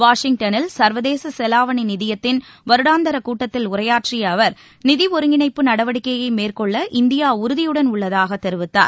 வாஷிங்டனில் சர்வதேச செலாவணி நிதியத்தின் வருடாந்திரக் கூட்டத்தில் உரையாற்றிய அவர் நிதி ஒருங்கிணைப்பு நடவடிக்கையை மேற்கொள்ள இந்தியா உறுதியுடன் உள்ளதாகத் தெரிவித்தார்